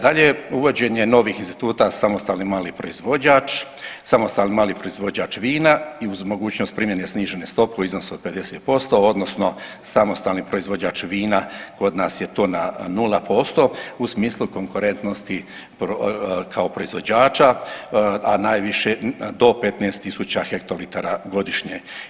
Dalje uvođenje novih instituta samostalni mali proizvođač, samostalni mali proizvođač vina i uz mogućnost primjene snižene stope u iznosu od 50% odnosno samostalni proizvođač vina kod nas je to na nula posto u smislu konkurentnosti kao proizvođača, a najviše do 15000 hektolitara godišnje.